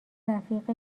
رفیق